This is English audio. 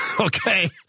Okay